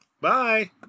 Bye